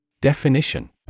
Definition